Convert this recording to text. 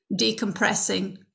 decompressing